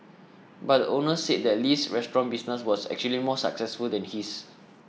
but the owner said that Li's restaurant business was actually more successful than his